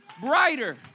brighter